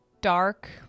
dark